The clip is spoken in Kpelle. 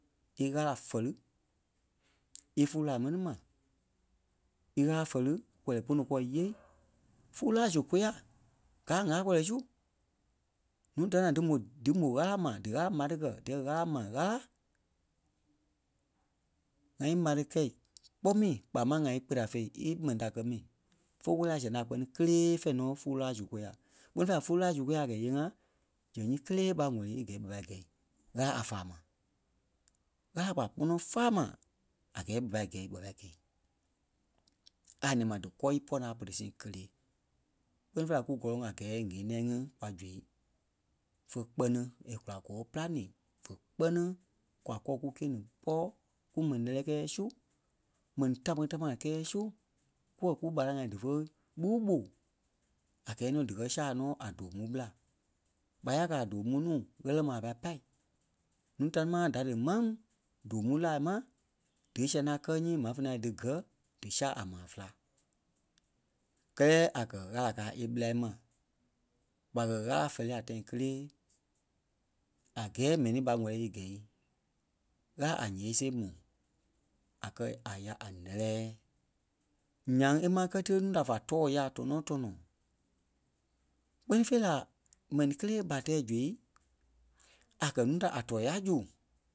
Í Ɣâla fɛli ífulu-laa mɛni ma, í Ɣâla fɛli kɔlɛ pono kɔɔ íyee fúlu-laa su kóyaa gáa ŋâla-kɔlɔi su, nuui da ní ŋai dí mó- dí mó Ɣâla mai dí Ɣâla m̀are kɛ́ díyɛɛ Ɣâla mai, Ɣâla, ŋa ímare kɛ̂i kpɔ́ mi kpaa máŋ ŋa íkpela féi ímɛni da kɛ́ mi, fó wɛ́li a sɛŋ da kpɛni kélee fɛ̂ɛ nɔ́ fúlu-laa su kôya kpɛ́ni fêi la fulu-laa su kóyaa a kɛ̀ íyee-ŋa zɛŋ nyii kélee ɓa ŋwɛ̀li í gɛ́i ɓa pâi gɛ̂i. Ɣâla a fàa ma. Ɣâla a pá kpɔnɔ fáa ma a gɛɛ ɓa pâi gɛ̂i ɓa pâi gɛ̂i. À nɛ̃ɛ ma dí kɔ́ ípɔɔ naa a berei sii kèlee. Kpɛ́ni fêi la ku gɔ́lɔŋ a gɛɛ ŋeniɛi ŋí kwa zu fé kpɛni e kùla kɔɔ-pîlanii vé kpɛ́ni kwa kɔ́ kukîe-ni pɔ́ kumɛni lɛ́lɛɛ kɛ́ɛ su mɛni ta-kpɛni ta-kpɛni kɛ́ɛ su kuwɔ̂i kúmaraŋ ŋai dífe ɓûu ɓo a gɛɛ nɔ́ díkɛ saa nɔ a dòo mu ɓela. ɓa ya káa a doo mu nuu ɣɛlɛ maa a pai pâi núu támaa da dí máŋ doo mu láa mai dí sɛŋ da kɛ́ nyii maa fé nɛ̃ɛ ní dí gɛ dí saa a maa féla. Kɛ́lɛ a kɛ̀ Ɣâla káa íbɛla mai. ɓa kɛ́ Ɣâla fɛli a tãi kelee a gɛɛ mɛni ɓa ŋwɛli e gɛ̂i, Ɣâla a yée-see mu a kɛ́ a ya a nɛ́lɛɛ. Nyaŋ é máŋ kɛ́ ti núu da va tɔɔ ya tɔnɔ tɔnɔ. Kpɛ́ni fêi la mɛnii kélee ɓa tɛɛ zui a kɛ̀ núu da a tɔɔ ya zu